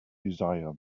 desire